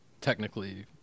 technically